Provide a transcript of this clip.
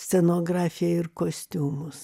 scenografiją ir kostiumus